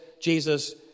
Jesus